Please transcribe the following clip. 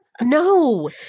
no